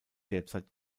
derzeit